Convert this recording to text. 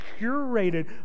curated